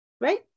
Right